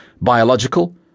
biological